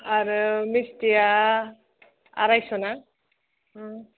आरो मिस्थिया आरायस' ना